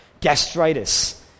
gastritis